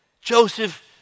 Joseph